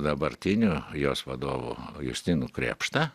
dabartiniu jos vadovu justinu krėpšta